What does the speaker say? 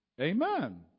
Amen